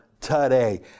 today